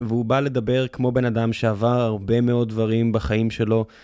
והוא בא לדבר כמו בן אדם שעבר הרבה מאוד דברים בחיים שלו.